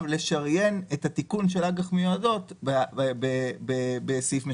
לשריין את התיקון של האג"ח המיועדות בסעיף משוריין.